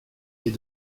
est